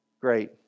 great